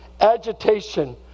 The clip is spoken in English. Agitation